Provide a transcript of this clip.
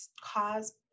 cause